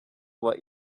what